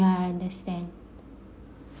understand